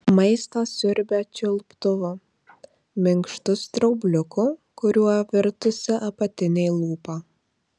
maistą siurbia čiulptuvu minkštu straubliuku kuriuo virtusi apatinė lūpa